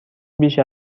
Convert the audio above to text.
بیش